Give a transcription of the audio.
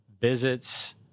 visits